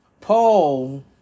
Paul